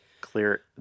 Clear